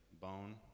bone